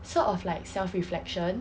sort of like self reflection